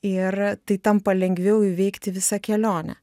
ir tai tampa lengviau įveikti visą kelionę